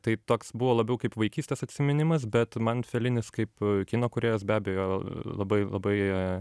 taip toks buvo labiau kaip vaikystės atsiminimas bet man felinis kaip kino kūrėjas be abejo labai labai